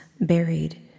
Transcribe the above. buried